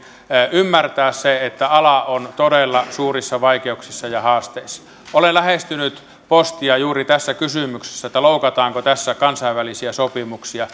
ymmärtää se että ala on todella suurissa vaikeuksissa ja haasteissa olen lähestynyt postia juuri tässä kysymyksessä että loukataanko tässä kansainvälisiä sopimuksia